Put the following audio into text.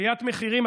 עליית מחירים,